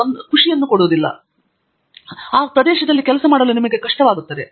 ಮತ್ತು ಅದು ನಿಮಗೆ ಮನವಿ ಮಾಡದಿದ್ದರೆ ಆ ಪ್ರದೇಶದಲ್ಲಿ ಉತ್ತಮ ಕೆಲಸ ಮಾಡಲು ಕಷ್ಟವಾಗುತ್ತದೆ